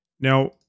Now